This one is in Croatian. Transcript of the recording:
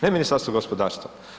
Ne Ministarstvo gospodarstva.